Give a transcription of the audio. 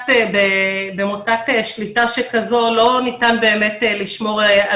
שבמוטת שליטה שכזו לא ניתן באמת לשמור על